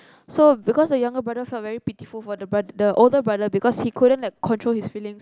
so because the younger brother felt very pitiful for the brother the older brother because he couldn't like control his feelings